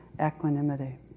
equanimity